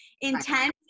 intense